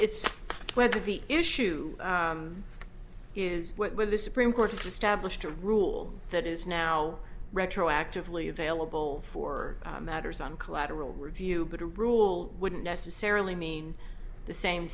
it's whether the issue is whether the supreme court's established a rule that is now retroactively available for matters on collateral review but a rule wouldn't necessarily mean the same